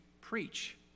preach